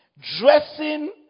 Dressing